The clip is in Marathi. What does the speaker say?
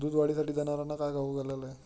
दूध वाढीसाठी जनावरांना काय खाऊ घालावे?